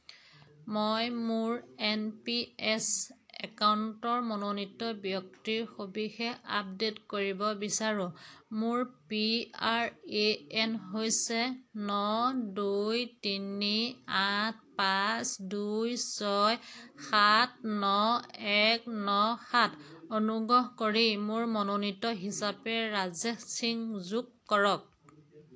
মই মোৰ N P S একাউণ্টৰ মনোনীত ব্যক্তিৰ সবিশেষ আপডেট কৰিব বিচাৰোঁ মোৰ পি আৰ এ এন হৈছে ন দুই তিনি আঠ পাঁচ দুই ছয় সাত ন এক ন সাত অনুগ্ৰহ কৰি মোৰ মনোনীত হিচাপে ৰাজেশ সিং যোগ কৰক